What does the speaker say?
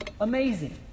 amazing